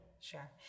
Sure